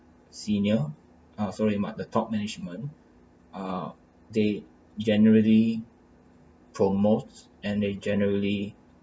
senior uh sorry my the top management ah they generally promote and they generally